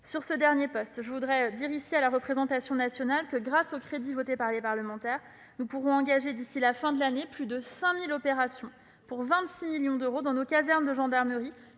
de ce dernier poste, je tiens à indiquer à la représentation nationale que, grâce aux crédits adoptés par les parlementaires, nous pourrons engager, d'ici à la fin de l'année, plus de 5 000 opérations, pour 26 millions d'euros, dans nos casernes de gendarmerie